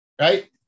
Right